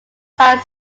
side